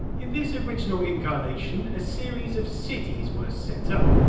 in this original incarnation, a series of cities were setup.